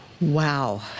Wow